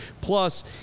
Plus